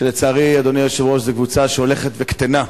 שלצערי, אדוני היושב-ראש, היא קבוצה שהולכת וקטנה,